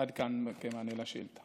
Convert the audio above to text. עד כאן המענה על השאילתה.